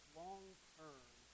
long-term